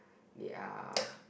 they are